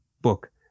book